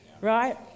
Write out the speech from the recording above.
right